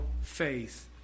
faith